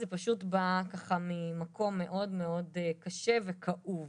זה פשוט בא ככה ממקום מאוד קשה וכאוב.